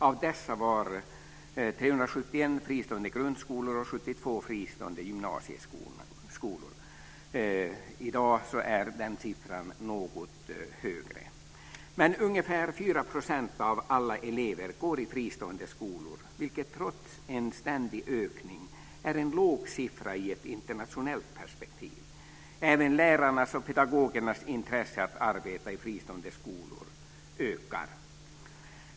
Av dessa var 371 fristående grundskolor och 72 fristående gymnasieskolor. I dag är siffran något högre, men ungefär 4 % av alla elever går i fristående skolor vilket trots en ständig ökning är en låg siffra i ett internationellt perspektiv. Även lärarnas och pedagogernas intresse för att arbeta i fristående skolor ökar.